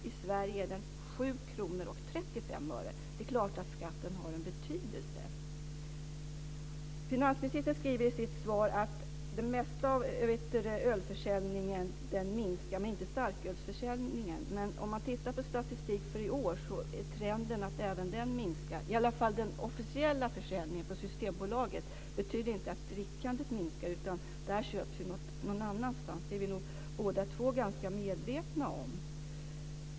I Sverige är den 7:35 kr. Det är klart att skatten har en betydelse. Finansministern skriver i sitt svar att den totala ölförsäljningen har minskat men inte starkölsförsäljningen. Men om man tittar på statistik för i år är trenden att även starkölsförsäljningen minskar, i alla fall den officiella försäljningen på Systembolaget. Det betyder inte att drickandet minskar, utan det här köps ju någon annanstans. Det är vi nog båda två ganska medvetna om.